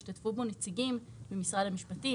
והשתתפו בו נציגים ממשרד המשפטים,